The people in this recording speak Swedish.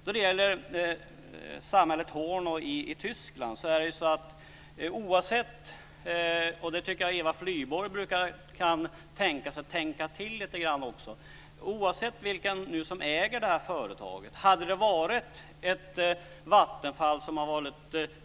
Jag tycker att Eva Flyborg borde kunna tänka till lite grann vad gäller samhället Horno i Tyskland. Det hade blivit så här oavsett vem som äger företaget. Hade det varit ett privat Vattenfall så hade